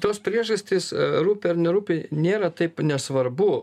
tos priežastys rūpi ar nerūpi nėra taip nesvarbu